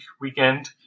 weekend